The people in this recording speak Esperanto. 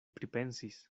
pripensis